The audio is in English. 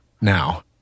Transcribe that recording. now